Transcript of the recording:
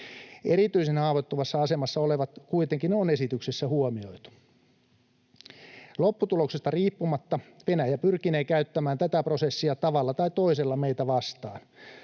Erityisen haavoittuvassa asemassa olevat kuitenkin on esityksessä huomioitu. Lopputuloksesta riippumatta Venäjä pyrkinee käyttämään tätä prosessia tavalla tai toisella meitä vastaan,